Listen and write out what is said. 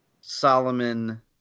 Solomon